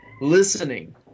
listening